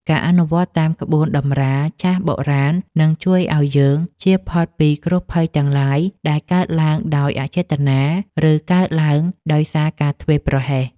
ការអនុវត្តតាមក្បួនតម្រាចាស់បុរាណនឹងជួយឱ្យយើងជៀសផុតពីគ្រោះភ័យទាំងឡាយដែលកើតឡើងដោយអចេតនា ឬ កើតឡើងដោយសារការធ្វេសប្រហែស។